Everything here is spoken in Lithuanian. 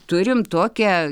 turim tokią